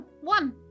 one